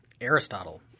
Aristotle